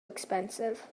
expensive